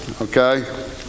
okay